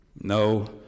no